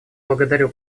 благодарю